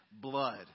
blood